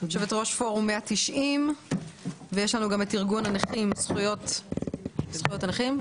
יושבת-ראש פורום 190 ויש גם ארגון זכויות הנכים.